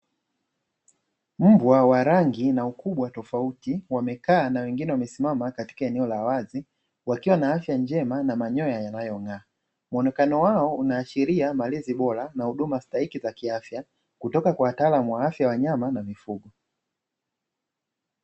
Mbwa wa rangi na ukubwa tofauti wamekaa na wengine wasimama katika eneo la wazi wakiwa na afya njema na manyoya yanayong'aa, muonekano wao unaashiria malezi bora na huduma stahiki za kiafya kutoka kwa wataalamu wa afya ya wanyama na mifugo.